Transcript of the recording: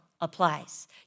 applies